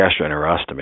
gastroenterostomy